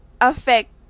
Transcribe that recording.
affect